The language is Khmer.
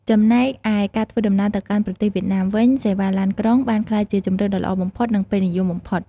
ចំណែកឯការធ្វើដំណើរទៅកាន់ប្រទេសវៀតណាមវិញ សេវាឡានក្រុងបានក្លាយជាជម្រើសដ៏ល្អបំផុតនិងពេញនិយមបំផុត។